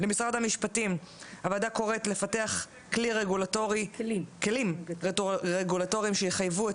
למשרד המשפטים הוועדה קוראת לפתח כלים רגולטורים שיחייבו את